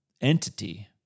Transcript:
entity